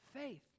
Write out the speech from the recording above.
faith